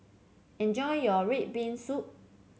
enjoy your red bean soup